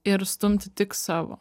ir stumti tik savo